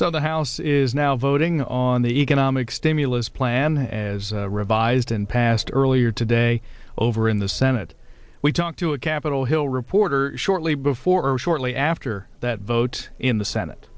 so the house is now voting on the economic stimulus plan as revised and passed earlier today over in the senate we talk to a capitol hill reporter shortly before or shortly after that vote in the senate